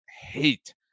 hate